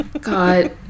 God